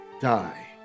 die